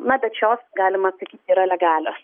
na bet šios galima sakyti yra legalios